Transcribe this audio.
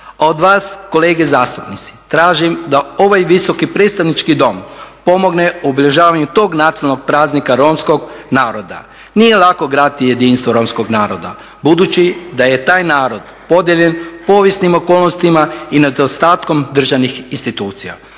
Od vas kolege zastupnici tražim da ovaj Visoki predstavnički dom pomogne obilježavanju tog nacionalnog praznika romskog naroda. Nije lako graditi jedinstvo romskog naroda budući da je taj narod podijeljen povijesnim okolnostima i nedostatkom državnih institucija.